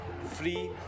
free